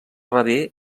rebé